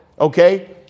Okay